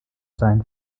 seien